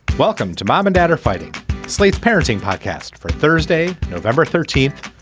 welcome to mom and dad are fighting slate's parenting podcast for thursday november thirteenth.